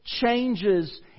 changes